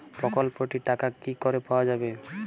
প্রকল্পটি র টাকা কি করে পাওয়া যাবে?